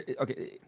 Okay